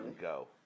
Go